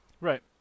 Right